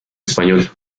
español